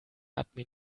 admin